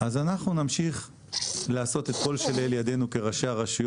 אז איך הם הגיעו?